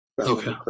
Okay